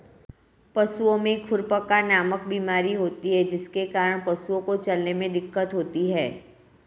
पशुओं में खुरपका नामक बीमारी होती है जिसके कारण पशुओं को चलने में दिक्कत होती है